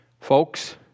Folks